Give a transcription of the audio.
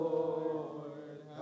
Lord